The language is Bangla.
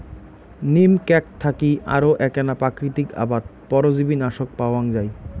নিম ক্যাক থাকি আরো এ্যাকনা প্রাকৃতিক আবাদ পরজীবীনাশক পাওয়াঙ যাই